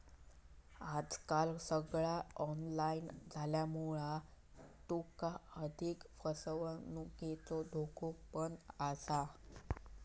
आजकाल सगळा ऑनलाईन झाल्यामुळा तुका आर्थिक फसवणुकीचो धोको पण असा